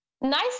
Nice